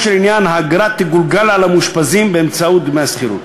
של עניין האגרה תגולגל על המאושפזים באמצעות דמי השכירות.